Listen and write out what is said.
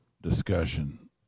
discussion